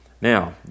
Now